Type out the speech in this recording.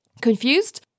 Confused